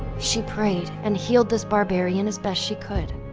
she prayed and healed this barbarian as best she could,